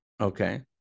okay